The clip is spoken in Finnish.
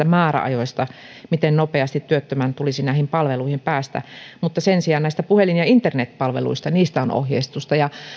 määräajoista miten nopeasti työttömän tulisi näihin palveluihin päästä mutta sen sijaan näistä puhelin ja internetpalveluista on ohjeistusta ja